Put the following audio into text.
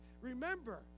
Remember